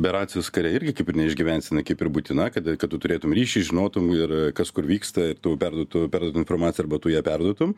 be racijos kariai irgi kaip ir neišgyvens jinai kaip ir būtina kad kad tu turėtum ryšį žinotum ir kas kur vyksta perduotų perduotų informaciją arba tu ją perduotum